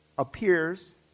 Appears